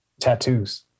tattoos